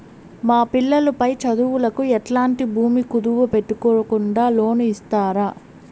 మా పిల్లలు పై చదువులకు ఎట్లాంటి భూమి కుదువు పెట్టుకోకుండా లోను ఇస్తారా